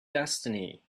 destiny